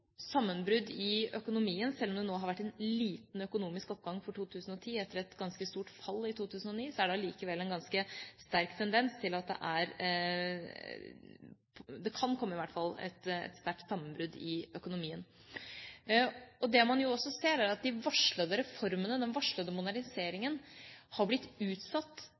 sammenbrudd i økonomien. Sjøl om det nå har vært en liten økonomisk oppgang for 2010, etter et ganske stort fall i 2009, er det allikevel en ganske sterk tendens til at det kan komme et sterkt sammenbrudd i økonomien. Det man også ser, er at de varslede reformene, den varslede moderniseringen, har blitt utsatt,